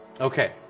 Okay